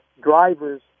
drivers